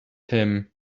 him